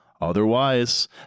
Otherwise